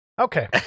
Okay